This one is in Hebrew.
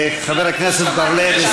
היא עברה צד.